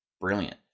Brilliant